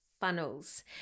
funnels